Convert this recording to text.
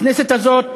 הכנסת הזאת